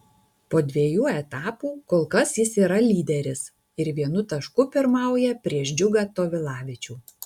po dviejų etapų kol kas jis yra lyderis ir vienu tašku pirmauja prieš džiugą tovilavičių